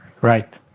Right